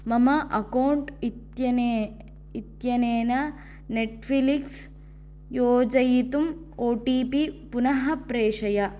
मम अकौण्ट् इत्यने इत्यनेन नेट्फिलिक्स् योजयितुम् ओ टी पी पुनः प्रेषय